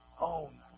own